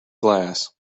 glass